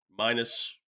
Minus